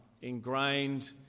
ingrained